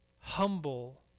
humble